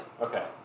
Okay